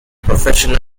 professional